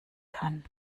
kann